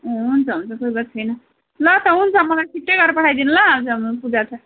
हुन्छ हुन्छ कोही बात छैन ल त हुन्छ मलाई छिट्टै गरेर पठाइदिनु ल आज हाम्रोमा पूजा छ